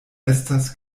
estas